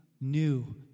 new